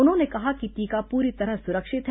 उन्होंने कहा कि टीका पूरी तरह सुरक्षित है